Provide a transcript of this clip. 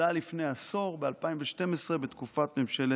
זה בסך הכול היה לפני עשור, ב-2012, בתקופת ממשלת